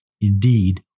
indeed